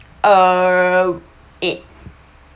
uh eight